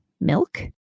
milk